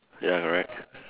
ya correct